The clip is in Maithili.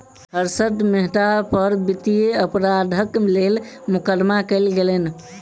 हर्षद मेहता पर वित्तीय अपराधक लेल मुकदमा कयल गेलैन